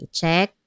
check